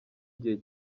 igihe